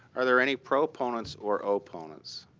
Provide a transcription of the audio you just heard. are there any proponents or opponents?